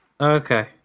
Okay